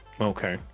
Okay